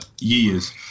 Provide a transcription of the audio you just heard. years